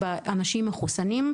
ונמשכים מעבר לחודשיים.